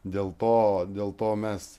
dėl to dėl to mes